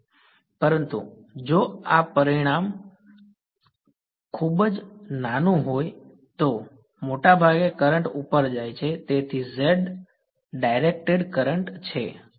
પરંતુ જો આ પરિમાણ ખૂબ નાનું હોય તો મોટાભાગે કરંટ ઉપર જાય છે તેથી z ડાઇરેકટેડ કરંટ છે